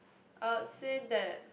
I would say that